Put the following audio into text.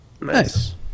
nice